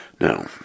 Now